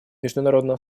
международным